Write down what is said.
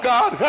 God